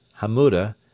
Hamuda